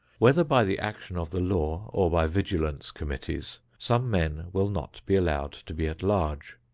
whether by the action of the law or by vigilance committees, some men will not be allowed to be at large.